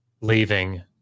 leaving